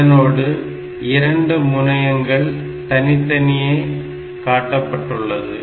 இதனோடு இரண்டு முனையங்கள் தனித்தனியே காட்டப்பட்டுள்ளது